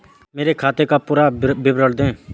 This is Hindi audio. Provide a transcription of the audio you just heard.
मेरे खाते का पुरा विवरण दे?